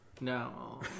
No